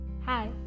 Hi